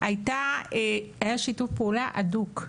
היה שיתוף פעולה הדוק,